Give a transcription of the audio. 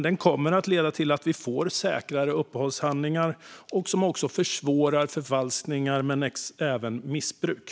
Den kommer att leda till att vi får säkrare uppehållshandlingar som försvårar förfalskningar och missbruk.